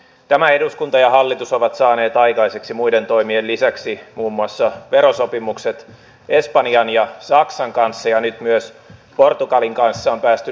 tämä eduskunta ja hallitus ovat saaneet aikaan muiden toimien lisäksi muun muassa verosopimukset espanjan ja saksan kanssa ja nyt myös portugalin kanssa on päästy neuvottelutulokseen